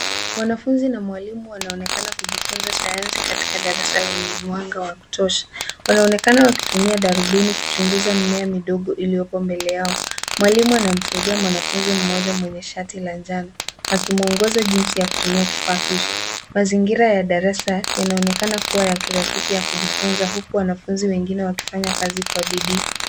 Wanafunzi na mwalimu wanaonekana kujifunza sayansi katika darasa lenye mwanga wa kutosha .Wanaonekana wakitumia darubini kuchuguza mimea midogo iliyoko mbele yao. Mwalimu anamsaidia mwanafunzi mmoja mwenye shati la njano akimuongoza jinsi ya kutumia kifaa hicho. Mazingira ya darasa yanaonekana kuwa ya kirafiki ya kujifunza huku wanafunzi wengine wakifanya kazi kwa bidii.